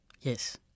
Yes